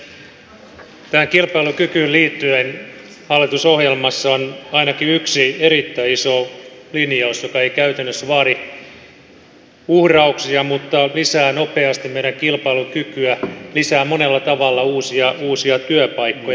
tähän kilpailukykyyn liittyen hallitusohjelmassa on ainakin yksi erittäin iso linjaus joka ei käytännössä vaadi uhrauksia mutta lisää nopeasti meidän kilpailukykyä lisää monella tavalla uusia työpaikkoja